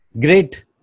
great